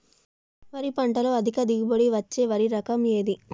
వరి పంట లో అధిక దిగుబడి ఇచ్చే వరి రకం ఏది?